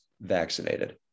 vaccinated